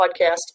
podcast